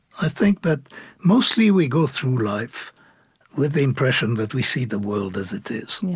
i think that mostly, we go through life with the impression that we see the world as it is. yeah